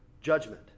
judgment